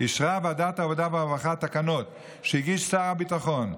אישרה ועדת העבודה והרווחה תקנות שהגיש שר הביטחון,